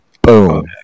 Boom